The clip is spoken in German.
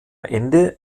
ende